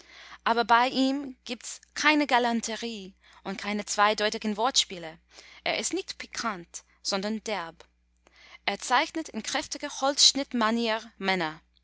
aber bei ihm gibt's keine galanterie und keine zweideutigen wortspiele er ist nicht pikant sondern derb er zeichnet in kräftiger holzschnittmanier männer